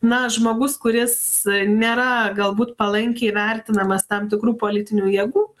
na žmogus kuris nėra galbūt palankiai vertinamas tam tikrų politinių jėgų